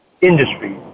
industry